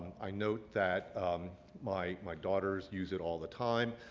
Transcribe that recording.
i note that my my daughters use it all the time.